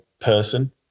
person